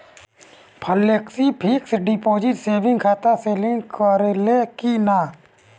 Flexi fixed deposit saving खाता से link रहले कि ना?